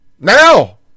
Now